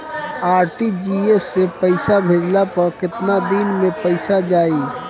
RTGS से पईसा भेजला पर केतना दिन मे पईसा जाई?